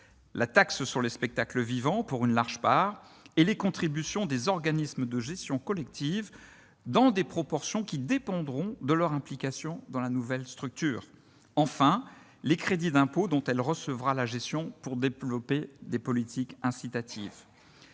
la taxe sur les spectacles vivants, pour une large part, les contributions des organismes de gestion collective, dans des proportions qui dépendront de leur implication dans la nouvelle structure, et les crédits d'impôts dont elle recevra la gestion en vue de développer des politiques incitatives.